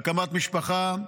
הקמת משפחה,